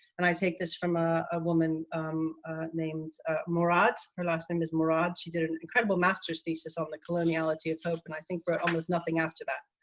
and i take this from ah a woman named morat. her last name is miraj. she did an incredible masters thesis on the coloniality of hope and i think we're almost nothing after that.